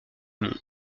mont